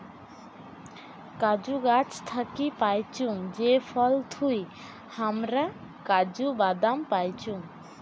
কাজু গাছ থাকি পাইচুঙ যে ফল থুই হামরা কাজু বাদাম পাইচুং